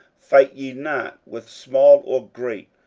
fight ye not with small or great,